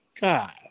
God